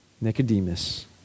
Nicodemus